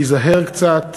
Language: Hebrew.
להיזהר קצת